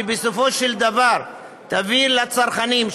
שבסופו של דבר תביא לצרכנים,